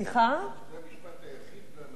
זה המשפט היחיד הנכון שהוא אמר.